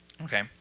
Okay